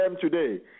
today